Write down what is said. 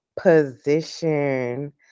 position